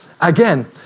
again